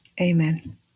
Amen